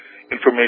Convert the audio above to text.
information